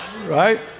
Right